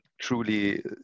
truly